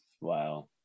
Wow